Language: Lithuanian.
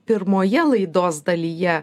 pirmoje laidos dalyje